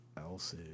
else